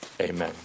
Amen